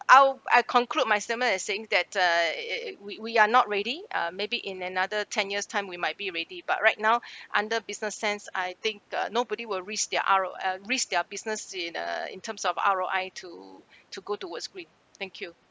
I'll I conclude my statement as saying that uh it it we we are not ready uh maybe in another ten years time we might be ready but right now under business sense I think uh nobody will risk their R_O uh risk their business in uh in terms of R_O_I to to go towards green thank you